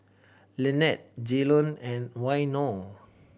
Lynnette Jaylon and Waino